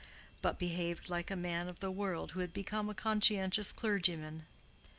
but behaved like a man of the world who had become a conscientious clergyman.